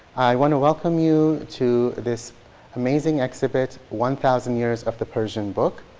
i want to welcome you to this amazing exhibit, one thousand years of the persian book.